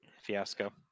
Fiasco